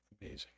amazing